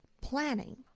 planning